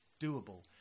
doable